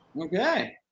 Okay